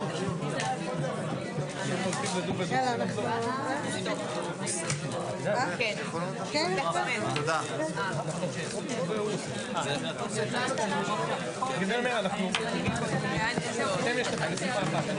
11:00.